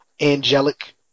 angelic